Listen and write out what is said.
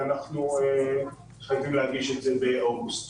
ואנחנו עומדים להגיש את זה באוגוסט.